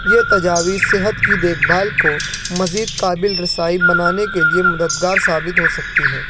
یہ تجاویز صحت کی دیکھ بھال کو مزید قابل رسائی بنانے کے لیے مددگار ثابت ہو سکتی ہے